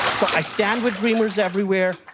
so i stand with streamers everywhere.